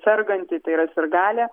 serganti tai yra sirgalė